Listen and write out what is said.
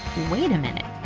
wait a minute,